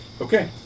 Okay